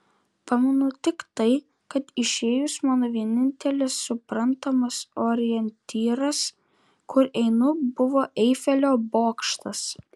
pamenu tik tai kad išėjus mano vienintelis suprantamas orientyras kur einu buvo eifelio bokštas